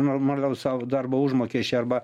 normalaus savo darbo užmokesčio arba